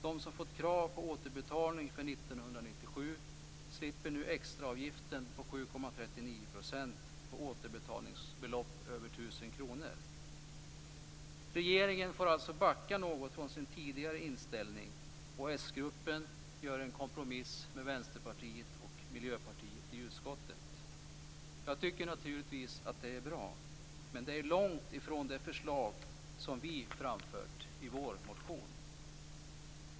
De som fått krav på återbetalning för Regeringen får alltså backa något från sin tidigare inställning och den socialdemokratiska gruppen gör en kompromiss med Vänsterpartiet och Miljöpartiet i utskottet. Jag tycker naturligtvis att det är bra, men det är långt ifrån det förslag som vi framfört i vår motion.